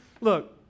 look